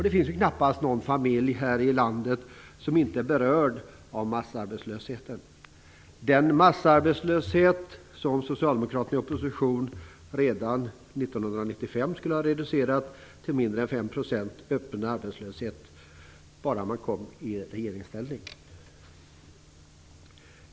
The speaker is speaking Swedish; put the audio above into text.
Det finns knappast någon familj här i landet som inte är berörd av massarbetslösheten. Den är den massarbetslöshet som socialdemokraterna i opposition lovade att de redan under 1995 skulle ha reducerat till mindre än 5 % öppen arbetslöshet, bara de kom i regeringsställning.